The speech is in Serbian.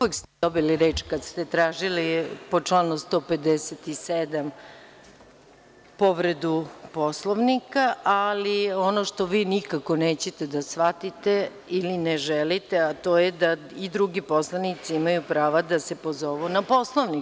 Uvek ste dobili reč kada ste tražili, po članu 157, povredu Poslovnika, ali ono što vi nikada nećete da shvatite ili ne želite, a to je da i drugi poslanici imaju pravo da se pozovu na Poslovnik.